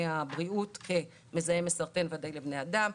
הבריאות כמזהם מסרטן ודאי לבני אדם.